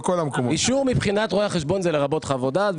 אישור מבחינת רואי החשבון זה לרבות חוות דעת,